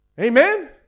Amen